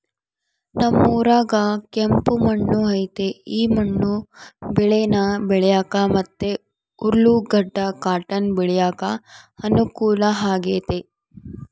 ನಮ್ ಊರಾಗ ಕೆಂಪು ಮಣ್ಣು ಐತೆ ಈ ಮಣ್ಣು ಬೇಳೇನ ಬೆಳ್ಯಾಕ ಮತ್ತೆ ಉರ್ಲುಗಡ್ಡ ಕಾಟನ್ ಬೆಳ್ಯಾಕ ಅನುಕೂಲ ಆಗೆತೆ